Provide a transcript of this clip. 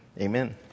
Amen